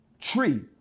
tree